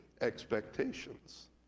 expectations